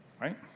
Right